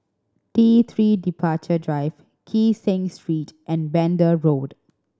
T Three Departure Drive Kee Seng Street and Pender Road